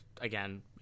again